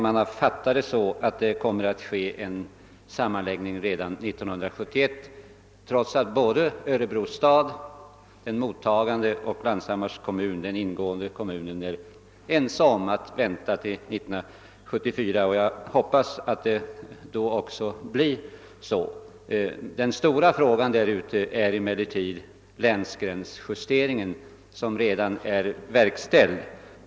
Man har fattat det så att det kommer att ske en sammanläggning redan 1971, trots att både Örebro stad — den mottagande kommunen — och Glanshammar — den ingående kommunen — är ense om att vänta till 1974. Jag hoppas att det då också blir så. Den stora frågan hos oss är emellertid den länsgränsjustering som redan är verkställd.